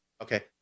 okay